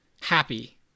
happy